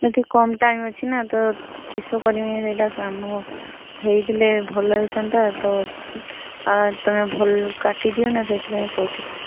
ଏତିକି କମ୍ ଟାଇମ୍ ଅଛି ନା ତ କିସ କରିମି ସେଇଟା କାମ ହେଇଥିଲେ ଭଲ ହେଇଥାନ୍ତା ତ ଆ ତମେ ଭଲ୍ କାଟି ଦିଅ ନା ସେଥିପାଇଁ କହୁଥିଲି